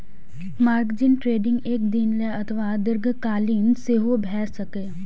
margin trading एक दिन लेल अथवा दीर्घकालीन सेहो भए सकैए